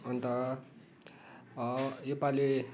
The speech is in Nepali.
अन्त यो पालि